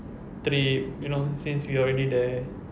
trip you know since we are already there